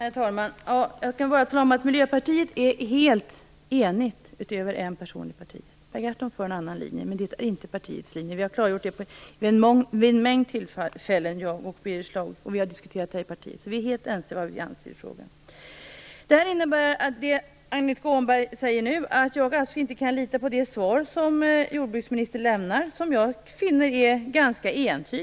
Herr talman! Jag kan bara tala om att Miljöpartiet är helt enigt så när som på en person. Per Gahrton för en annan linje, men det är inte partiets linje. Det har Birger Schlaug och jag klargjort vid en mängd tillfällen. Vi har diskuterat det här i partiet och är helt ense om vad vi anser i frågan. Det Annika Åhnberg säger nu innebär att jag inte kan lita på det svar som jordbruksministern lämnade. Jag finner det ganska entydigt.